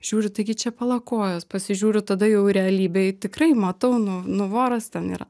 žiūriu taigi čia pala kojos pasižiūriu tada jau realybėj tikrai matau nu nu voras ten yra